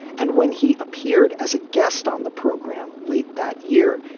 and when he appeared as a guest on the program late that year,